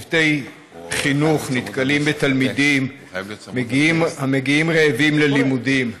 צוותי חינוך נתקלים בתלמידים המגיעים רעבים ללימודים,